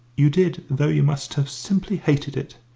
you did, though you must have simply hated it.